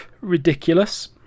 ridiculous